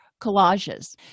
collages